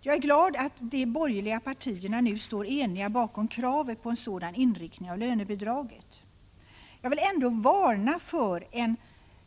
Jag är glad över att de tre borgerliga partierna nu står eniga bakom kravet på en sådan inriktning av lönebidraget. Jag vill ändå varna för en